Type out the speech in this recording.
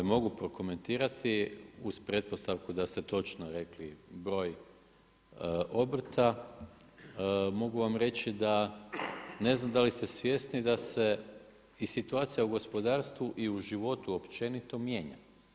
Mogu prokomentirati, uz pretpostavku da se točno rekli broj obrta mogu vam reći da ne znam da li ste svjesni da se situacija i u gospodarstvu i u životu općenito mijenja.